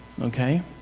Okay